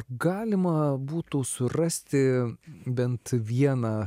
galima būtų surasti bent vieną